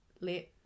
let